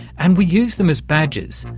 and we use them as badges,